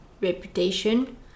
reputation